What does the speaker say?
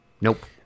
nope